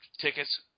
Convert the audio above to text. tickets